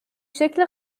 شکل